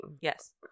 Yes